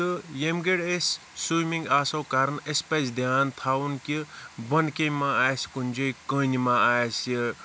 تہِ یم گڑِ أسۍ سِوِمِنٛگ آسَو کَران اَسہِ پَزِ دھیان تھاوُن کہِ بوٚنہِ کٔنۍ ما آسہِ کُنہ جاے کٔنۍ ما آسہِ